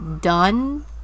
done